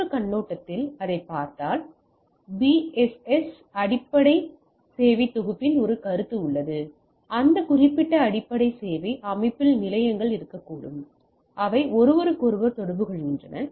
மற்றொரு கண்ணோட்டத்தில் அதைப் பார்த்தால் பிஎஸ்எஸ் அடிப்படை சேவை தொகுப்பின் ஒரு கருத்து உள்ளது அந்த குறிப்பிட்ட அடிப்படை சேவை அமைப்பினுள் நிலையங்கள் இருக்கக்கூடும் அவை ஒருவருக்கொருவர் தொடர்பு கொள்கின்றன